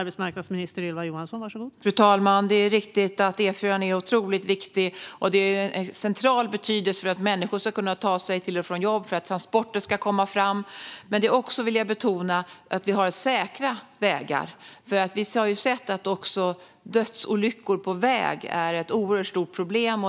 Fru talman! Det är riktigt att E4:an är otroligt viktig. Den är av central betydelse för att människor ska kunna ta sig till och från jobb och för att transporter ska komma fram. Men jag vill också betona vikten av att vi har säkra vägar, för dödsolyckor på väg är ett oerhört stort problem.